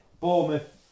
Bournemouth